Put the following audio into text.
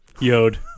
Yod